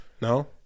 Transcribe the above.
No